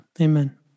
Amen